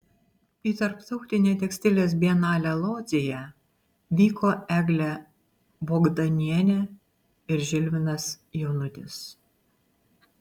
į tarptautinę tekstilės bienalę lodzėje vyko eglė bogdanienė ir žilvinas jonutis